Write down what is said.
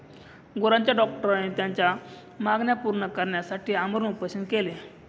गुरांच्या डॉक्टरांनी त्यांच्या मागण्या पूर्ण करण्यासाठी आमरण उपोषण केले